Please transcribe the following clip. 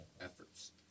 efforts